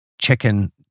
chicken